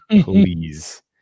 please